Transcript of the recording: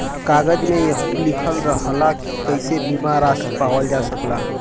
कागज में यहू लिखल रहला की कइसे बीमा रासी पावल जा सकला